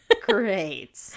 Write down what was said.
Great